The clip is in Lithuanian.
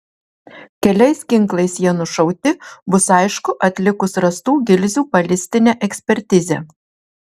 keliais ginklais jie nušauti bus aišku atlikus rastų gilzių balistinę ekspertizę